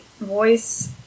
voice